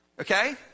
okay